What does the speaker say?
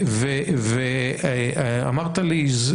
ואמרת לי,